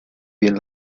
bien